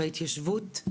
בהתיישבות,